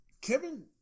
Kevin